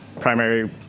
primary